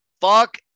Fuck